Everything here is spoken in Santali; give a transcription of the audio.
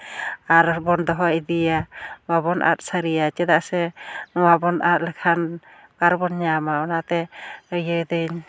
ᱟᱨ ᱵᱚᱱ ᱫᱚᱦᱚ ᱤᱫᱤᱭᱟ ᱵᱟᱵᱚᱱ ᱟᱫ ᱥᱟᱹᱨᱤᱭᱟ ᱪᱮᱫᱟᱜ ᱥᱮ ᱱᱚᱣᱟ ᱵᱚᱱ ᱟᱫ ᱞᱮᱠᱷᱟᱱ ᱚᱠᱟ ᱨᱮᱵᱚᱱ ᱧᱟᱢᱟ ᱚᱱᱟᱛᱮ ᱤᱭᱟᱹᱭ ᱫᱟᱹᱧ